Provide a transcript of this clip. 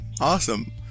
Awesome